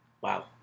wow